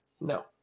No